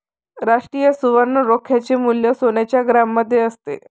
राष्ट्रीय सुवर्ण रोख्याचे मूल्य सोन्याच्या ग्रॅममध्ये असते